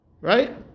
Right